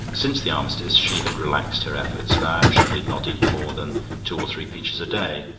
since the armistice she had relaxed her efforts now she did not eat more than two or three peaches a day.